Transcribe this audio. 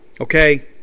Okay